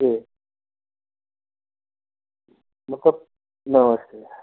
जी कब नमस्ते